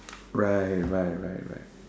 right right right right